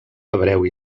hebreu